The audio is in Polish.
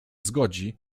zgodzi